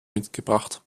mitgebracht